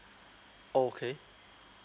okay